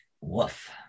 Woof